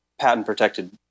patent-protected